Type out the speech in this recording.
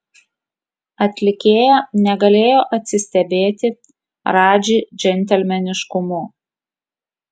atlikėja negalėjo atsistebėti radži džentelmeniškumu